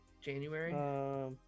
January